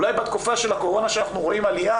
אולי בתקופה של הקורונה אנחנו רואים עלייה